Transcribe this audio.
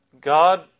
God